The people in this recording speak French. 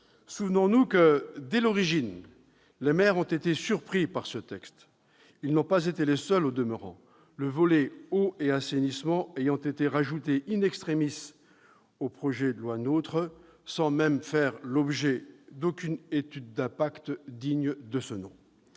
Souvenons-nous que, dès l'origine, les maires ont été surpris par ce texte. Ils n'ont pas été les seuls au demeurant, le volet « eau et assainissement » ayant été rajouté au projet de loi NOTRe, sans même faire l'objet d'une étude d'impact digne de ce nom.